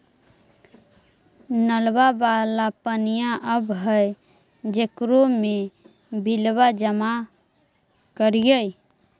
नलवा वाला पनिया आव है जेकरो मे बिलवा जमा करहिऐ?